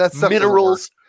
minerals